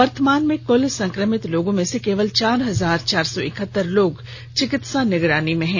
वर्तमान में कुल संक्रमित लोगों में से केवल चार हजार चार सौ इकहत्तर लोग चिकित्सा निगरानी में हैं